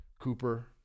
Cooper